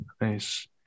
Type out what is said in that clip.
Nice